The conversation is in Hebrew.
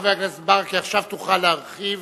חבר הכנסת ברכה, עכשיו תוכל להרחיב.